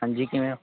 ਹਾਂਜੀ ਕਿਵੇਂ ਹੋ